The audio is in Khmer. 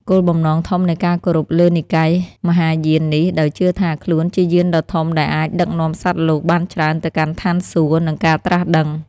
គោលបំណងធំនៃការគោរពលើនិកាយមហាយាននេះ ដោយជឿថាខ្លួនជាយានដ៏ធំដែលអាចដឹកនាំសត្វលោកបានច្រើនទៅកាន់ឋានសួគ៌ និងការត្រាស់ដឹង។